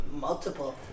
Multiple